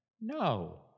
No